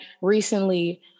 recently